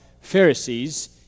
Pharisees